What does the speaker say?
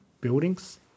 buildings